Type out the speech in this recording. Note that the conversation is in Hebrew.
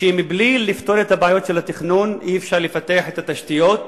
שמבלי לפתור את הבעיות של התכנון אי-אפשר לפתח את התשתיות,